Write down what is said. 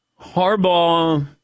Harbaugh